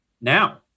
Now